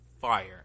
Fire